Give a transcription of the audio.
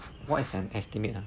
what is an estimate ah